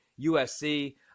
USC